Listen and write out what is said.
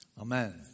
Amen